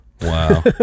Wow